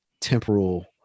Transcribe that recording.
temporal